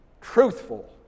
truthful